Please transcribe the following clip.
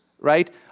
right